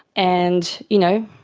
and, you know,